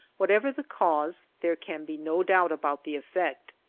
whatever the cause, there can be no doubt about the effect.